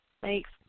Thanks